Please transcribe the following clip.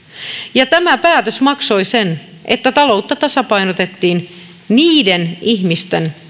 ja tämä päätös maksoi sen että taloutta tasapainotettiin niiden ihmisten